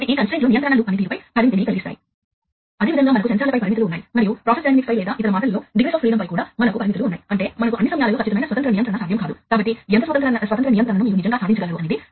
కాబట్టి ఇటువంటి విధులు ఇప్పుడు స్వయంచాలక పద్ధతిలో మరియు అంతకుముందు సాధ్యమైన దానికంటే చాలా సమయస్ఫూర్తితో చేయటం సాధ్యమే